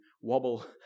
wobble